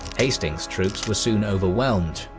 hastings' troops were soon overwhelmed.